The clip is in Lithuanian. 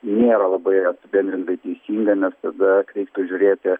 nėra labai apibendrintai teisinga nes tada reiktų žiūrėti